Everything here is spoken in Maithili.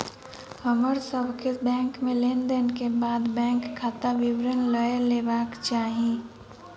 हमर सभ के बैंक में लेन देन के बाद बैंक खाता विवरण लय लेबाक चाही